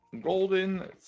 Golden